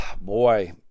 boy